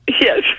Yes